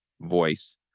voice